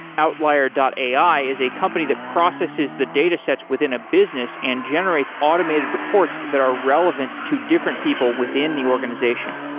outlier ai is a company that processes the datasets within a business and generates automated reports that are relevant to different people within the organization.